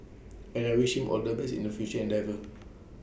and I wish him all the best in the future endeavours